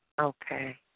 Okay